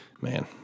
Man